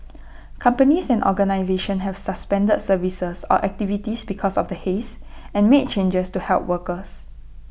companies and organisations have suspended services or activities because of the haze and made changes to help workers